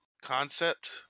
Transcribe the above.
concept